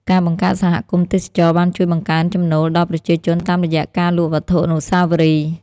ការបង្កើតសហគមន៍ទេសចរណ៍បានជួយបង្កើនចំណូលដល់ប្រជាជនតាមរយៈការលក់វត្ថុអនុស្សាវរីយ៍។